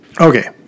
Okay